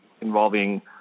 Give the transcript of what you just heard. involving